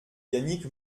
yannick